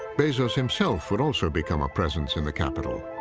bezos himself would also become a presence in the capital,